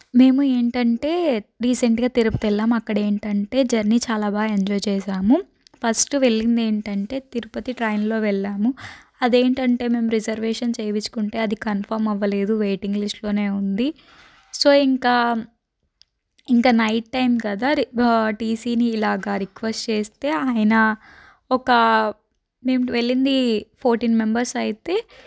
మేము ఏంటంటే రీసెంట్గా తిరుపతి వెళ్ళాం అక్కడ ఏంటంటే జర్నీ చాలా బాగా ఎంజాయ్ చేసాము ఫస్ట్ వెళ్ళింది ఏంటంటే తిరుపతి ట్రైన్లో వెళ్ళాము అదేంటంటే మేము రిజర్వేషన్ చేయించుకుంటే అది కన్ఫర్మ్ అవ్వలేదు వెయిటింగ్ లిస్టులోనే ఉంది సో ఇంకా ఇంకా నైట్ టైం కదా టిసిని ఇలాగా రిక్వెస్ట్ చేస్తే ఆయన ఒక మేము వెళ్ళింది ఫోర్టీన్ మెంబర్స్ అయితే